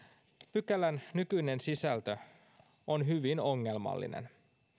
pykälän nykyinen sisältö on hyvin ongelmallinen